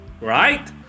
Right